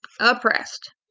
oppressed